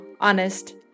honest